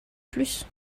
plus